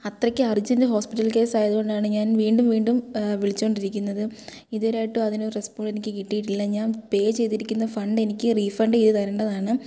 അത്രയ്ക്ക് urgent hospital കേസായത് കൊണ്ടാണ് ഞാൻ വീണ്ടും വീണ്ടും വിളിച്ചോണ്ടിരിയ്ക്കുന്നത് ഇത് വരെയായിട്ടും അതിനൊരു റെസ്പോണ്ട് എനിക്ക് കിട്ടിയിട്ടില്ല ഞാൻ പേ ചെയ്തിരിക്കുന്ന ഫണ്ടെനിക്ക് റീഫണ്ട് ചെയ്ത് തരേണ്ടതാണ്